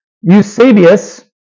Eusebius